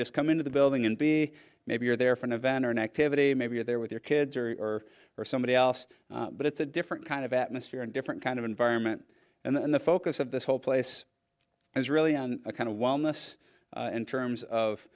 discuss into the building and be maybe you're there for an event or an activity maybe you're there with your kids or or or somebody else but it's a different kind of atmosphere and different kind of environment and the focus of this whole place is really a kind of wellness and terms of